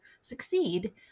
succeed